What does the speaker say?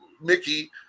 Mickey